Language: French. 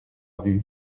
vue